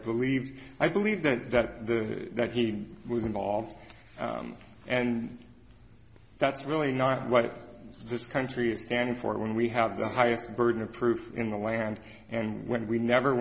believe i believe that that that he was involved and that's really not what this country is standing for when we have the highest burden of proof in the land and when we never